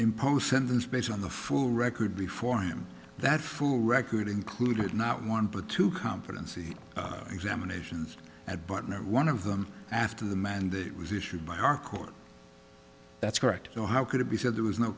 impose sentence based on the fool record before him that food record included not one but two competency examinations at burton one of them after the man that was issued by harcourt that's correct no how could it be said there was no